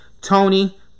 Tony